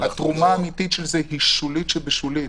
התרומה האמיתית של זה שולית שבשולית.